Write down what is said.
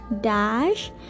dash